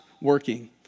working